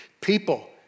People